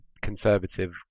conservative